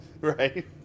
Right